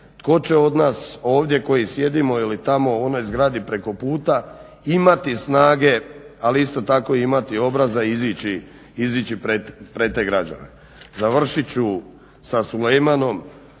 tko će od nas ovdje koji sjedimo ili tamo u onoj zgradi preko puta imati snage ali isto tako imati i obraza i izići pred te građane. Završit ću sa Sulejmanom.